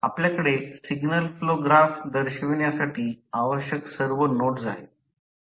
आपल्याकडे signal flow graph दर्शवण्यासाठी आवश्यक सर्व नोड्स आहेत